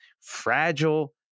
Fragile